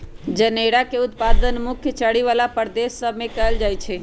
जनेरा के उत्पादन मुख्य चरी बला प्रदेश सभ में कएल जाइ छइ